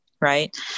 Right